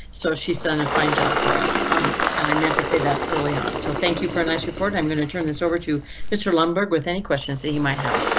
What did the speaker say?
sort of she's done a fine job for us um and i meant to say that early on. so thank you for a nice report. i'm going to turn this over to mr lumberg with any questions that you might have.